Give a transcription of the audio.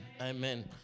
amen